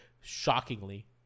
shockingly